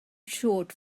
short